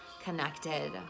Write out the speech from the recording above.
connected